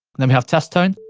then we have test tone.